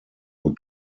would